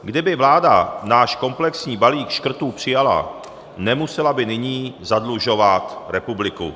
Kdyby vláda náš komplexní balík škrtů přijala, nemusela by nyní zadlužovat republiku.